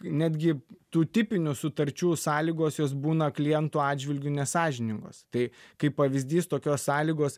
netgi tų tipinių sutarčių sąlygos jos būna klientų atžvilgiu nesąžiningos tai kaip pavyzdys tokios sąlygos